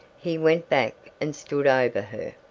he went back and stood over her.